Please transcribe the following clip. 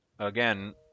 again